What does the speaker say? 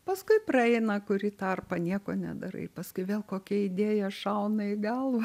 paskui praeina kurį tarpą nieko nedarai paskui vėl kokia idėja šauna į galvą